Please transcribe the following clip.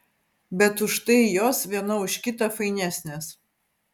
bet už tai jos viena už kitą fainesnės